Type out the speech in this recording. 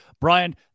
Brian